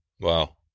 Wow